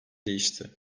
değişti